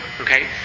okay